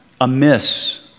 amiss